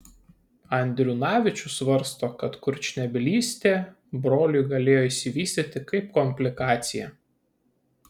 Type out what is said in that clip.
andriunavičius svarsto kad kurčnebylystė broliui galėjo išsivystyti kaip komplikacija